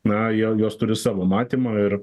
na jos turi savo matymą ir